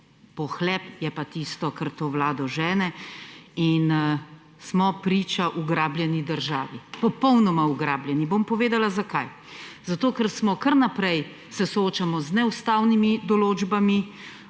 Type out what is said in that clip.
Pohlep je pa tisto, kar to vlado žene in smo priča ugrabljeni državi. Popolnoma ugrabljeni. Bom povedala, zakaj. Zato, ker se kar naprej soočamo z neustavnimi določbami,